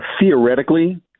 Theoretically